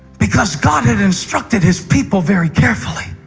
because god had instructed his people very carefully.